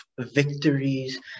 victories